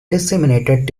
disseminated